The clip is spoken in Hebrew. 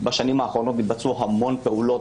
בשנים האחרונות התבצעו המון פעולות